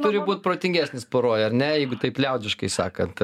turi būt protingesnis poroj ar ne jeigu taip liaudiškai sakant